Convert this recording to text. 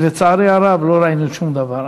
ולצערי הרב לא ראינו שום דבר.